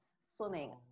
swimming